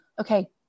okay